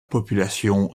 population